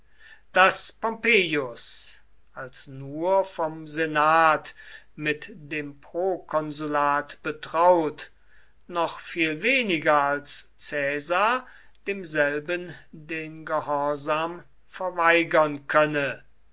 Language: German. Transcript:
daß pompeius als nur vom senat mit dem prokonsulat betraut noch viel weniger als caesar demselben den gehorsam verweigern könne